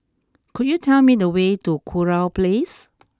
could you tell me the way to Kurau Place